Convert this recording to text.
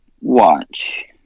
watch